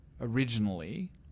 originally